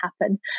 happen